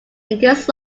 against